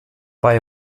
bei